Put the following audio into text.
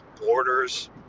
borders